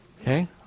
okay